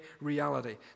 reality